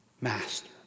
Master